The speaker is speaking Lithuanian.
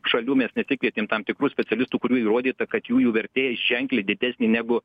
šalių mes nesikvietėm tam tikrų specialistų kurių įrodyta kad jųjų vertė ženkliai didesnė negu